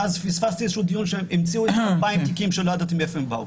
ואז פספסתי איזשהו דיון שהמציאו 2,000 תיקים שלא ידעתי מאיפה הם באו.